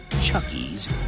Chucky's